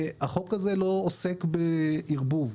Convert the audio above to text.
החוק הזה לא עוסק בערבוב.